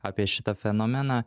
apie šitą fenomeną